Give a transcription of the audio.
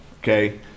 okay